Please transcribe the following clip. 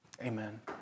Amen